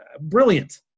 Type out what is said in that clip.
Brilliant